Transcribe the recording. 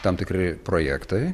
tam tikri projektai